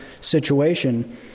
situation